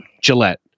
Gillette